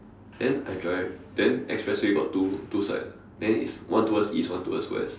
then I drive then expressway got two two side then it's one towards east one towards West